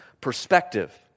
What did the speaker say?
perspective